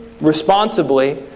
responsibly